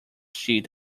sheet